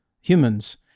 humans